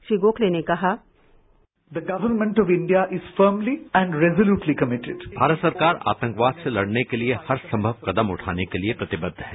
श्री गोखले ने कहा भारत सरकार आतंकवाद से लड़ने के लिए हर संभव कदम उठाने के लिए प्रतिबद्ध है